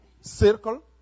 circle